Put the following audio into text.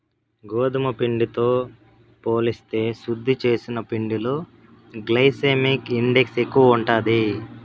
గోధుమ పిండితో పోలిస్తే శుద్ది చేసిన పిండిలో గ్లైసెమిక్ ఇండెక్స్ ఎక్కువ ఉంటాది